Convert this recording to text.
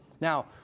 Now